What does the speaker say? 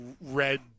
red